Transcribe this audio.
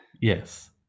Yes